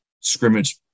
scrimmage